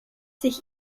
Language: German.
sich